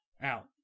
Out